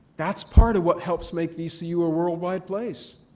that's part of what helps make vcu a worldwide place.